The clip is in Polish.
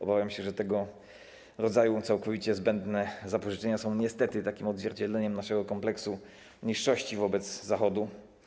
Obawiam się, że tego rodzaju całkowicie zbędne zapożyczenia są niestety odzwierciedleniem naszego kompleksu niższości wobec Zachodu.